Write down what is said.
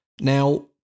Now